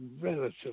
relatively